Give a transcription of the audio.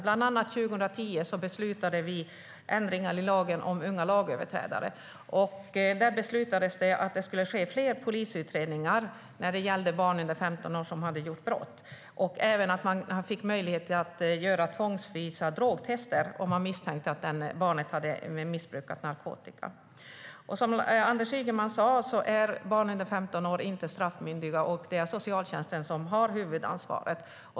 År 2010 beslutade vi bland annat om ändringar i lagen om unga lagöverträdare. Det beslutades att fler polisutredningar skulle ske när det gäller barn under 15 som begått brott. Man fick även möjlighet att göra tvångsvisa drogtester om man misstänkte att barnet missbrukat narkotika. Som Anders Ygeman sa är barn under 15 år inte straffmyndiga, och det är socialtjänsten som har huvudansvaret.